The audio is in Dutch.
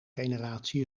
generatie